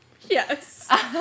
Yes